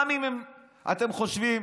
גם אם אתם חושבים